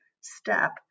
step